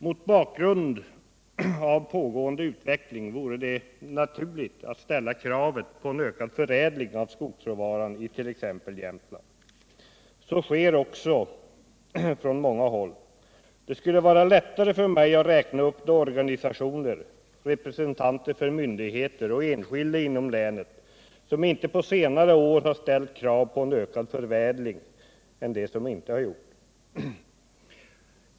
Mot bakgrund av pågående utveckling vore det naturligt att kräva en ökad förädling av skogsråvaran it.ex. Jämtland. Så sker också från många håll. Det skulle vara lättare för mig att räkna upp de organisationer, representanter för myndigheter och enskilda inom länet som inte på senare år har ställt krav på en ökad förädling än de som har gjort det.